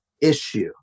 issue